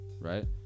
right